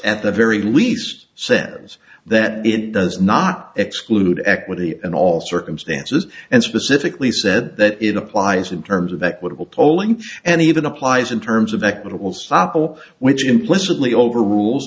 at the very least says that it does not exclude equity and all circumstances and specifically said that it applies in terms of equitable tolling and even applies in terms of equitable stoppel which implicitly overrules